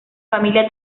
familia